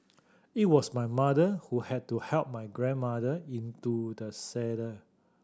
it was my mother who had to help my grandmother into the saddle